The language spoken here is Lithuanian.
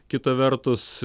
kita vertus